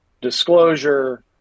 disclosure